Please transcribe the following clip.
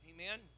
Amen